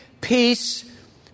peace